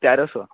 তেরোশো